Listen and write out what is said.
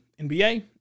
NBA